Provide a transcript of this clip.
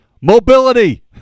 Mobility